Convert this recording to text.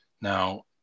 Now